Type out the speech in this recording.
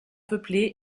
peuplée